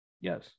Yes